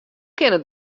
kinne